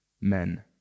men